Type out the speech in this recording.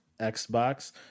Xbox